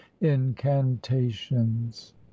incantations